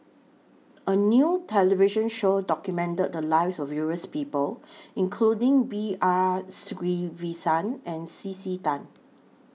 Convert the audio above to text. A New television Show documented The Lives of various People including B R Sreenivasan and C C Tan